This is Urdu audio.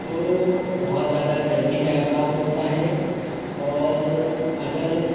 تو بہت زیادہ گرمی کا احساس ہوتا ہے اور اگر